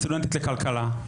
סטודנטית לכלכלה,